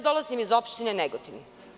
Dolazim iz opštine Negotin.